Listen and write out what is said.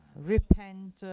repent,